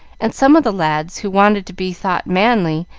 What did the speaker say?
and some of the lads, who wanted to be thought manly,